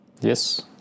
Yes